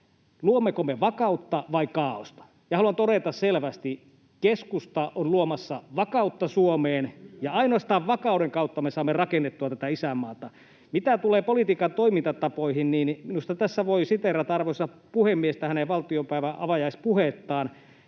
luommeko me vakautta vai kaaosta. Ja haluan todeta selvästi: keskusta on luomassa vakautta Suomeen, ja ainoastaan vakauden kautta me saamme rakennettua tätä isänmaata. Mitä tulee politiikan toimintatapoihin, niin minusta tässä voi siteerata arvoisan puhemiehen valtiopäivien avajaispuhetta: